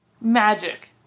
Magic